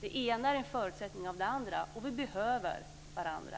Det ena är en förutsättning för det andra. Vi behöver varandra.